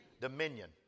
Dominion